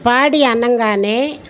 పాడి అనంగానే